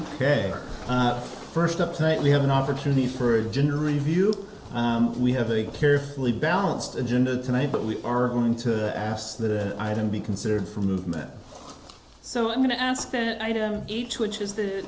are first up tonight we have an opportunity for a general review we have a carefully balanced agenda tonight but we are going to ask the item be considered for movement so i'm going to ask that i know each which is the